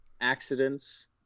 accidents